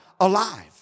alive